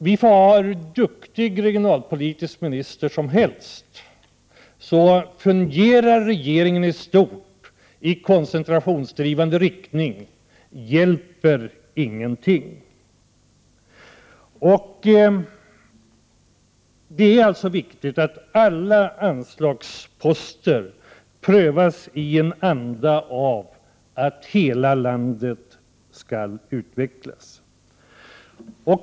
Vi kan ha en hur duktig regionalpolitisk minister som helst, men med en regering som i stort fungerar i koncentrationsdrivande riktning hjälper ingenting. Det är alltså viktigt att alla anslagsposter prövas i en anda av att hela landet skall utvecklas.